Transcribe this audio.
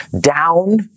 down